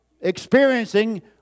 experiencing